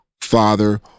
father